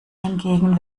hingegen